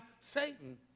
Satan